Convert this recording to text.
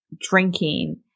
drinking